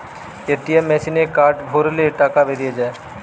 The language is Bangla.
এ.টি.এম মেসিনে কার্ড ভরলে টাকা বেরিয়ে যায়